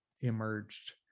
emerged